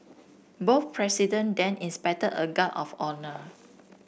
both president then inspected a guard of honour